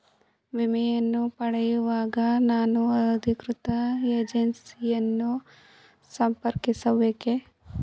ವಿಮೆಯನ್ನು ಪಡೆಯುವಾಗ ನಾನು ಅಧಿಕೃತ ಏಜೆನ್ಸಿ ಯನ್ನು ಸಂಪರ್ಕಿಸ ಬೇಕೇ?